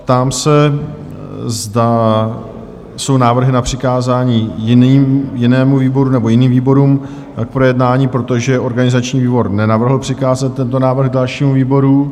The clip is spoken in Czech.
Ptám se, zda jsou návrhy na přikázání jinému výboru nebo jiným výborům k projednání, protože organizační výbor nenavrhl přikázat tento návrh dalšímu výboru.